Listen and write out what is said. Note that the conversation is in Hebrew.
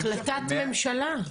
החלטת ממשלה.